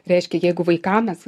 reiškia jeigu vaikam mes